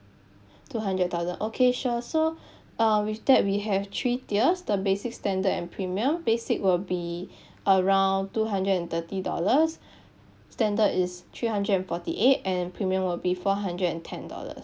two hundred thousand okay sure so um with that we have three tiers the basic standard and premium basic will be around two hundred and thirty dollars standard is three hundred and forty eight and premium will be four hundred and ten dollars